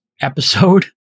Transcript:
episode